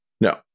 No